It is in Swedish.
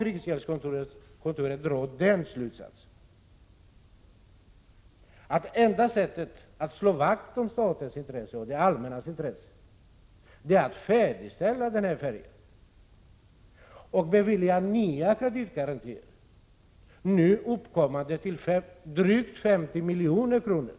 Riksgäldskontoret å sin sida drar den slutsatsen att enda sättet att slå vakt om statens och det allmännas intresse är att färdigställa färjan och bevilja nya kreditgarantier, nu uppgående till drygt 50 milj.kr.